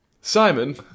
Simon